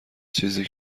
چیزی